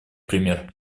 пример